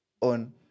on